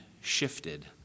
shifted